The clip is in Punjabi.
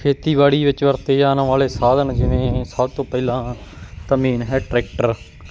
ਖੇਤੀਬਾੜੀ ਵਿੱਚ ਵਰਤੇ ਜਾਣ ਵਾਲੇ ਸਾਧਨ ਜਿਵੇਂ ਸਭ ਤੋਂ ਪਹਿਲਾਂ ਤਾਂ ਮੇਨ ਹੈ ਟਰੈਕਟਰ